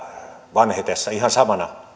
vanhetessa ihan samana